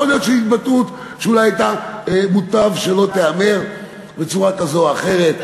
יכול להיות שזו התבטאות שאולי מוטב היה שלא תיאמר בצורה כזאת או אחרת.